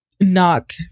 knock